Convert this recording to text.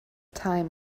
time